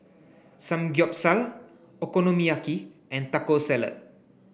Samgyeopsal Okonomiyaki and Taco Salad